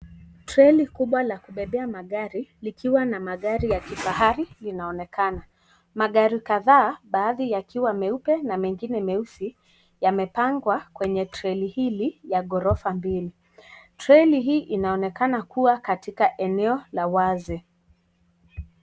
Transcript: Treli kubwa la kubebea magari, ikiwa na magari ya kifahari linaonekana. Magari kadhaa baadi yakiwa meupe na mengine meusi yamepangwa kwenye treli hili ya ghorofa mbili. Treli hii inaonekana kuwa katika eneo la wazi.